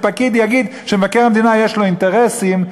פקיד יגיד שמבקר המדינה יש לו אינטרסים,